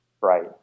Right